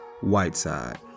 Whiteside